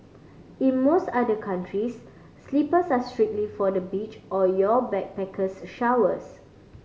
in most other countries slippers are strictly for the beach or your backpackers showers